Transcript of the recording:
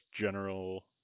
general